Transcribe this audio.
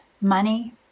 money